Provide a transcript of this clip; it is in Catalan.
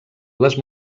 les